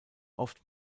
oft